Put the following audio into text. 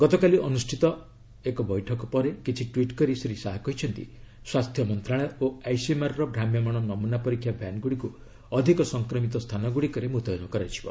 ଗତକାଲି ଅନୁଷ୍ଠିତ ଏହି ବୈଠକ ପରେ କିଛି ଟ୍ୱିଟ୍ କରି ଶ୍ରୀ ଶାହା କହିଛନ୍ତି ସ୍ୱାସ୍ଥ୍ୟ ମନ୍ତ୍ରଣାଳୟ ଓ ଆଇସିଏମ୍ଆର୍ ର ଭ୍ରାମ୍ୟମାଣ ନମୁନା ପରୀକ୍ଷା ଭ୍ୟାନ୍ଗୁଡ଼ିକୁ ଅଧିକ ସଂକ୍ରମିତ ସ୍ଥାନଗୁଡ଼ିକରେ ମୁତୟନ କରାଯିବ